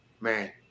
Man